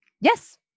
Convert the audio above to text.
Yes